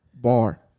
bar